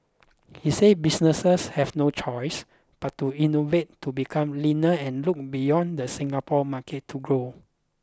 he said businesses have no choice but to innovate to become leaner and look beyond the Singapore market to grow